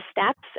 steps